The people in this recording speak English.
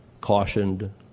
cautioned